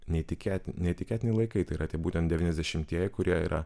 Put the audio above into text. neįtikėtini neįtikėtini laikai tai yra tie būtent devyniasdešimtieji kurie yra